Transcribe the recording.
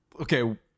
Okay